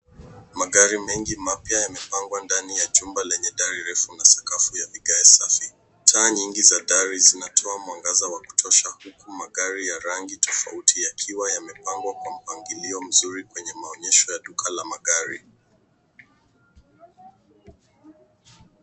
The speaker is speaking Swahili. Magari mengi mapya yamepangwa ndani ya jumba lenye dari ndefu na sakafu ya vigae safi. Taa nyingi za dari zinatoa mwangaza wa kutosha, huku magari ya rangi tofauti yakiwa yamepangwa kwa mpangilio mzuri kwenye maonyesho ya duka la magari.